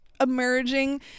emerging